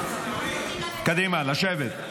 קדימה, לשבת.